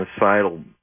genocidal